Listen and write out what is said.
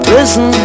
Listen